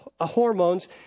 hormones